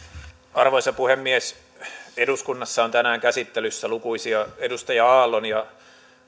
arvoisa puhemies eduskunnassa on tänään käsittelyssä lukuisia edustaja aallon ja